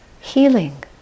healing